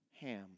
Ham